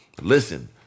Listen